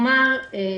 חקיקה.